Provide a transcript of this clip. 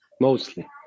mostly